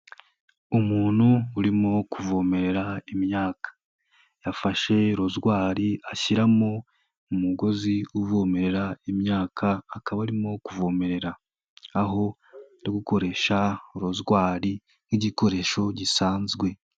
Umuntu urimo kuvomere imyaka yafashe rozwari ashyiramo umugozi uvomera imyaka akaba arimo kuvomerera, aho ari gukoresha rozwari nk'igikoresho gisanzwe.